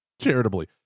charitably